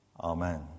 Amen